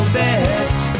best